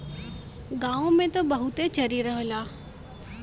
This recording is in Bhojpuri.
गांव में त बहुते चरी रहला